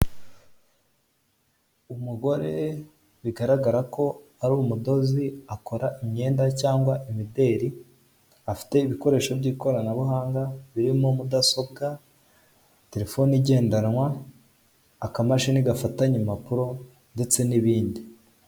Umugore bigaragara ko ari umudozi akora imyenda cyangwa imideri afite ibikoresho by'ikoranabuhanga birimo mudasobwa, terefoni igendanwa, akamashini gafatanya impapuro ndetse n'ibindi.